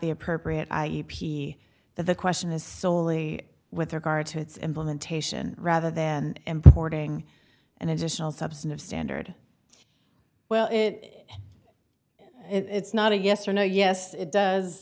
the appropriate i e p that the question is soley with regard to its implementation rather than importing an additional substantive standard well it it's not a yes or no yes it does